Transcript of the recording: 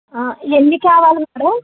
ఎన్ని కావాలి మేడమ్